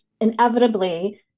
inevitably